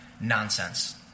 nonsense